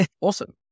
Awesome